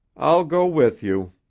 i'll go with you.